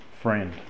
friend